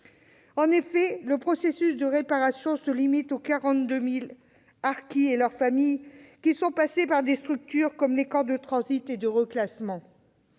En effet, le processus de réparation se limite aux 42 000 harkis et membres de leurs familles qui sont passés par des structures comme les camps de transit et de reclassement.